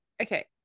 Okay